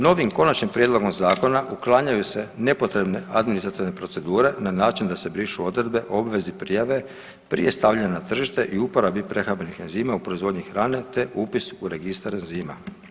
Novim konačnim prijedlogom zakona uklanjaju se nepotrebne administrativne procedure na način da se brišu odredbe o obvezi prijave prije stavljanja na tržište i uporabi prehrambenih enzima u proizvodnji hrane, te upis u registar enzima.